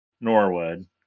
Norwood